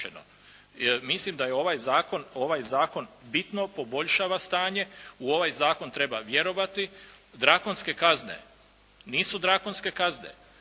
ovaj zakon, ovaj zakon bitno poboljšava stanje, u ovoj zakon treba vjerovati, drakonske kazne nisu drakonske kazne.